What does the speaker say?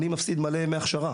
אני מפסיד מלא ימי הכשרה.